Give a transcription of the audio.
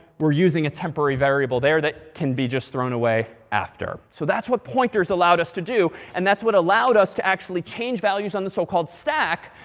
we're using a temporary variable there that can be just thrown away after. so that's what pointers allowed us to do. and that's what allowed us to actually change values on the so-called stack,